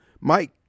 Mike